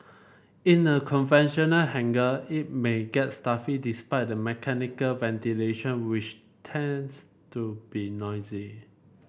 in a conventional hangar it may gets stuffy despite the mechanical ventilation which tends to be noisy